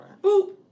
boop